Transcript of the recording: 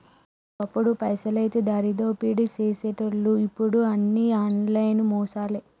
ఓ అప్పుడు పైసలైతే దారిదోపిడీ సేసెటోళ్లు ఇప్పుడు అన్ని ఆన్లైన్ మోసాలే